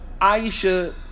Aisha